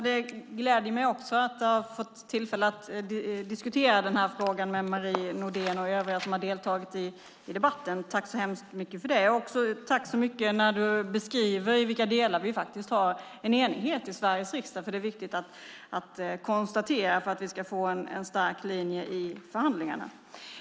Herr talman! Det gläder mig att ha fått tillfälle att diskutera den här frågan med Marie Nordén och övriga som har deltagit i debatten. Tack så mycket för det! Jag tackar också för din beskrivning av vilka delar vi faktiskt har enighet om i Sveriges riksdag. Det är viktigt att konstatera det för att vi ska få en stark linje i förhandlingarna.